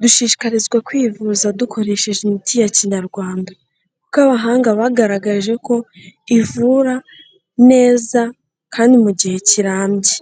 dushishikarizwa kwivuza dukoresheje imiti ya Kinyarwanda. Kuko abahanga bagaragaje ko, ivura neza kandi mu gihe kirambye.